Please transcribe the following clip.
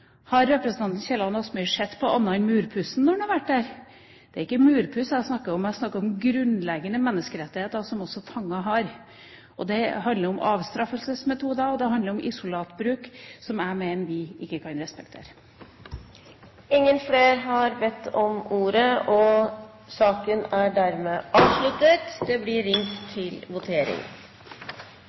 Har representanten Kielland Asmyhr sett på annet enn murpussen når han har vært der? Det er ikke murpuss jeg snakker om. Jeg snakker om grunnleggende menneskerettigheter som også fanger har. Det handler om avstraffelsesmetoder og isolatbruk som jeg mener vi ikke kan respektere. Flere har ikke bedt om ordet til sak nr. 15. Stortinget går da til votering.